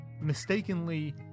mistakenly